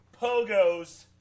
pogos